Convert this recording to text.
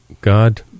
God